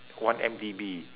one-M_D_B